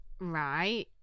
Right